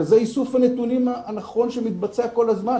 וזה איסוף הנתונים הנכון שמתבצע כל הזמן.